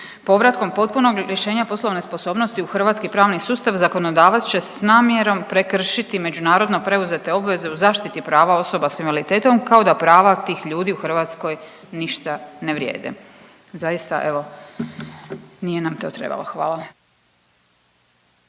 Povratkom potpunog lišenja poslovne sposobnosti u hrvatski pravni sustav zakonodavac će s namjerom prekršiti međunarodno preuzete obveze u zaštiti prava osoba sa invaliditetom kao da prava tih ljudi u Hrvatskoj ništa ne vrijede. Zaista, nije nam to trebalo. Hvala.